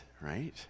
Right